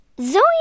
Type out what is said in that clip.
Zoe